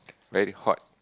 very hot